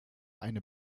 eine